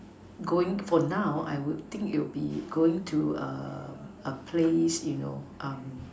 going for now I would think it would be going to err a a place you know um